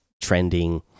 trending